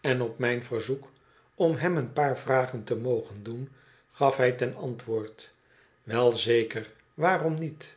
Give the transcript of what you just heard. en op mijn verzoek om hem een paar vragen te mogen doen gaf hij ten antwoord wel zeker waarom niet